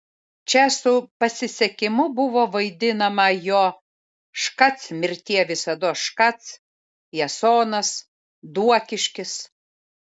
čia su pasisekimu buvo vaidinama jo škac mirtie visados škac jasonas duokiškis